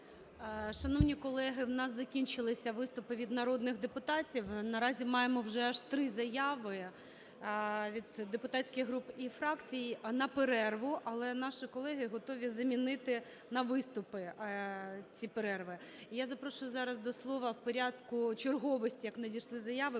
Шановні колеги, у нас закінчилися виступи від народних депутатів. Наразі маємо вже аж три заяви від депутатських груп і фракцій на перерву, але наші колеги готові замінити на виступи ці перерви. І я запрошую зараз до слова в порядку черговості, як надійшли заяви.